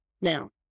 Now